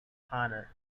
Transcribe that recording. honor